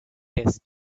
taste